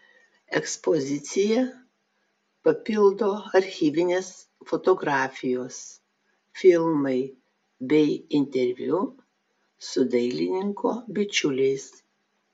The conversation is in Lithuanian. ekspoziciją papildo archyvinės fotografijos filmai bei interviu su dailininko bičiuliais